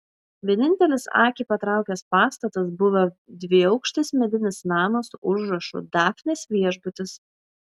vienintelis akį patraukęs pastatas buvo dviaukštis medinis namas su užrašu dafnės viešbutis